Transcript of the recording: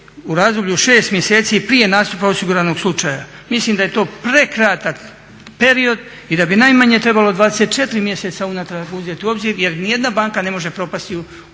u razdoblju 6 mjeseci prije nastupa osiguranog slučaja mislim da je to prekratak period i da bi najmanje trebalo 24 mjeseca unatrag uzeti u obzir jer nijedna banka ne može propasti u 6